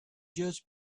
just